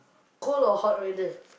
cold or hot weather